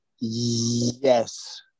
Yes